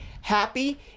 happy